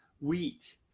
wheat